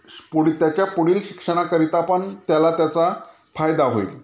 स्पु त्याच्या पुढील शिक्षणाकरिता पण त्याला त्याचा फायदा होईल